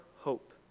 hope